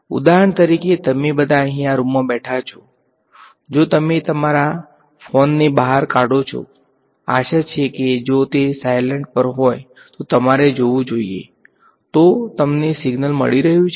તેથી ઉદાહરણ તરીકે તમે બધા અહીં આ રૂમમાં બેઠા છો જો તમે તમારા ફોનને બહાર કાઢો છો આશા છે કે જો તે સાયલન્ટ પર હોય તો તમારે જોવું જોઈએ કે તો તમને સિગ્નલ મળી રહ્યું છે